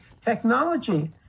technology